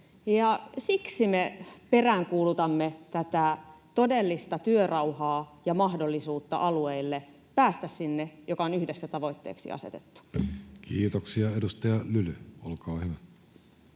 siksi me peräänkuulutamme tätä todellista työrauhaa ja mahdollisuutta alueille päästä sinne, mikä on yhdessä tavoitteeksi asetettu. [Speech 101] Speaker: